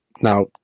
now